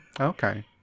Okay